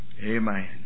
Amen